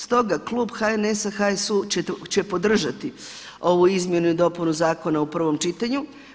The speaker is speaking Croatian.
Stoga klub HNS-a, HSU će podržati ovu izmjenu i dopunu zakona u prvom čitanju.